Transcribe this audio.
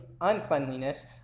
uncleanliness